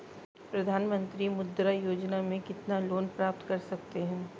प्रधानमंत्री मुद्रा योजना में कितना लोंन प्राप्त कर सकते हैं?